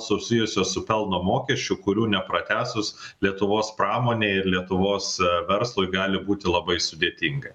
susijusios su pelno mokesčiu kurių nepratęsus lietuvos pramonei ir lietuvos verslui gali būti labai sudėtinga